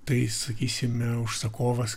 tai sakysime užsakovas